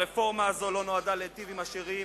הרפורמה הזו לא נועדה להיטיב עם עשירים.